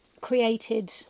created